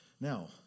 Now